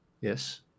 yes